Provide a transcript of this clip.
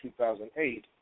2008